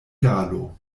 galo